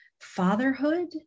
fatherhood